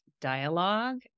dialogue